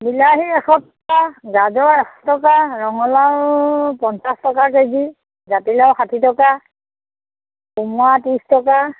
বিলাহী এশ টকা গাজৰ এশ টকা ৰঙালাও পঞ্চাছ টকা কেজি জাতিলাও ষাঠি টকা কোমোৰা ত্ৰিছ টকা